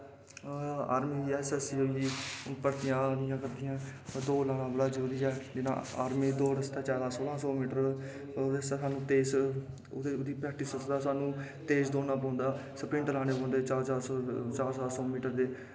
army S S C दियां भर्थियां आ करदियां दौड़ लाना जरूरी ऐ जि'यां आर्मी दे दौड़ लाने आस्तै सोलां सौ मीटर सफल ओह्दी प्रैक्टिस उसलै तेज़ दौड़ना पौंदा स्परिंट लाने पौंदे चार चार सौ मीटर दे